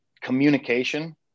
communication